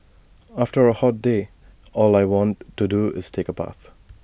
after A hot day all I want to do is take A bath